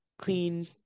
clean